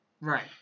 Right